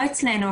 לא אצלנו.